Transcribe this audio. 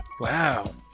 Wow